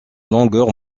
longueur